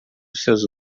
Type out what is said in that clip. seus